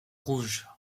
rouge